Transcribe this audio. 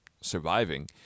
surviving